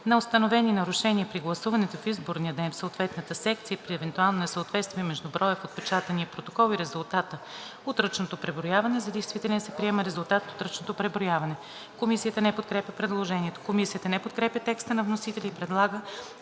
на установени нарушения при гласуването в изборния ден в съответната секция, при евентуално несъответствие между броя в отпечатания протокол и резултата от ръчното преброяване за действителен се приема резултатът от ръчното преброяване.“ Комисията не подкрепя предложението. Комисията не подкрепя текста на вносителя и предлага